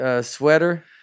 Sweater